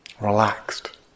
relaxed